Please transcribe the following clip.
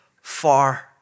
far